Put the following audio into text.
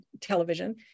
television